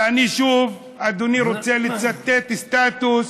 ואני שוב, אדוני, רוצה לצטט סטטוס,